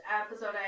episode